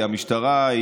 כי המשטרה,